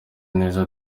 neza